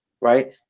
right